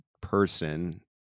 person